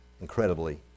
Incredibly